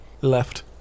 left